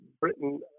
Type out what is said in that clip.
Britain